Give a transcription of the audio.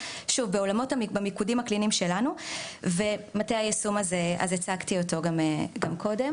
שוב בעולמות המיקודים הקליניים שלנו ומטה היישום שהצגתי אותו גם קודם.